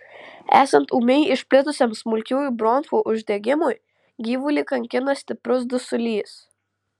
esant ūmiai išplitusiam smulkiųjų bronchų uždegimui gyvulį kankina stiprus dusulys